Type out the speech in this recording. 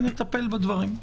נטפל בדברים.